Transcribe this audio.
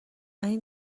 این